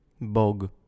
Bog